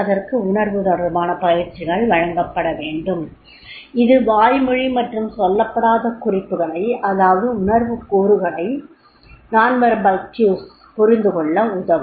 அதற்கு உணர்வு தொடர்பான பயிற்சிகள் வழங்கப்பட வேண்டும் அது வாய்மொழி மற்றும் சொல்லப்படாத குறிப்புகளை அதாவது உணர்வுக் கூறுகளைப் புரிந்து கொள்ள உதவும்